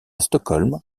stockholm